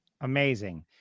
Amazing